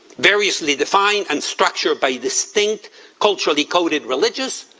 variously defined and structured by distinct culturally coded religious,